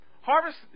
Harvest